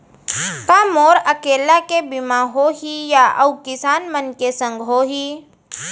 का मोर अकेल्ला के बीमा होही या अऊ किसान मन के संग होही?